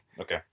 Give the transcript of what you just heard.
okay